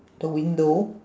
the window